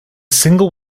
single